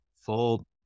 full